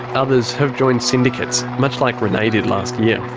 others have joined syndicates, much like renay did last year.